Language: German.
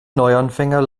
neuanfänger